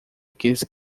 aqueles